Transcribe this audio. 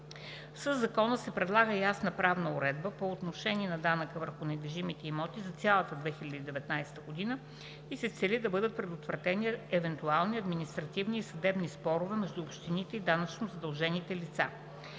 Със Законопроекта се предлага ясна правна уредба по отношение на данъка върху недвижимите имоти за цялата 2019 г. и се цели да бъдат предотвратени евентуални административни и съдебни спорове между общините и данъчно задължените лица.